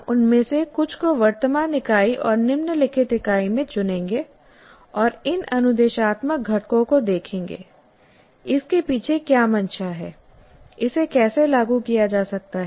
हम उनमें से कुछ को वर्तमान इकाई और निम्नलिखित इकाई में चुनेंगे और इन अनुदेशात्मक घटकों को देखेंगे इसके पीछे क्या मंशा है इसे कैसे लागू किया जा सकता है